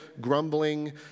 grumbling